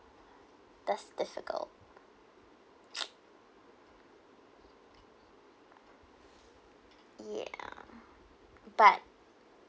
that's difficult yeah but